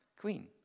queen